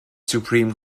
supreme